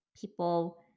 people